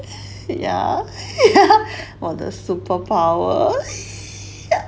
yeah 我的 superpower